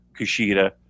Kushida